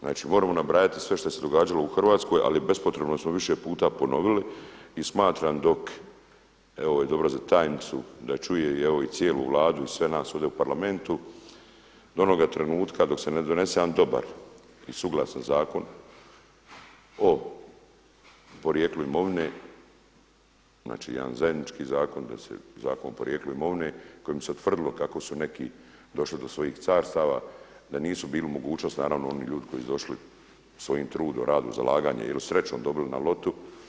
Znači moramo nabrajati sve što se događalo u Hrvatskoj, ali bespotrebno smo više puta ponovili i smatram dok, evo ovo je dobro i za tajnicu da čuje evo i cijelu Vladu i sve nas ovdje u Parlamentu da onoga trenutka dok se ne donese jedan dobar i suglasan zakon o porijeklu imovine, znači jedan zajednički zakon o porijeklu imovine kojim bi se utvrdilo kako su neki došli do svojih carstava da nisu bili u mogućnosti naravno oni ljudi koji su došli svojih trudom, radom, zalaganjem ili srećom dobili na Lotu.